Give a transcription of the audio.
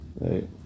right